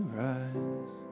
rise